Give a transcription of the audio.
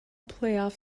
playoff